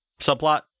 subplot